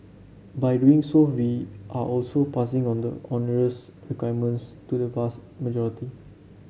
by doing so we are also passing on the onerous requirements to the vast majority